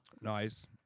Nice